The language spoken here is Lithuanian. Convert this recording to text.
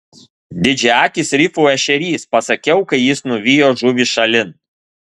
didžiaakis rifų ešerys pasakiau kai jis nuvijo žuvį šalin